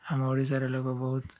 ଆମ ଓଡ଼ିଶାରେ ଲୋକ ବହୁତ